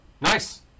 Nice